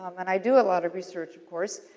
um and, i do a lot of research, of course.